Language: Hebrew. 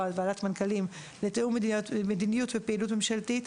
לוועדת מנכ"לים לתיאום מדיניות ופעילות ממשלתית.